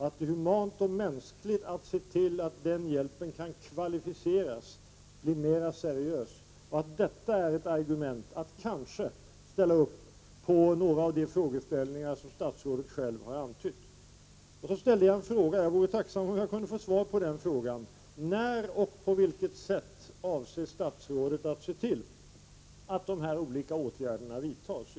Det är humant och mänskligt att se till att den hjälpen kan kvalificeras och att den blir mera seriös. Detta är argument för att kanske ställa upp när det gäller några av de frågeställningar som statsrådet själv har antytt. Jag ställde en fråga och jag skulle vara tacksam om jag kunde få ett svar: När och på vilket sätt avser statsrådet att se till att nämnda åtgärder vidtas?